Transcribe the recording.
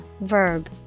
verb